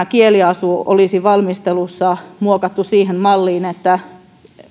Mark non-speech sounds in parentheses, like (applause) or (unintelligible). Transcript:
(unintelligible) kieliasu olisi valmistelussa muokattu siihen malliin että